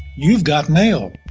you've got mail.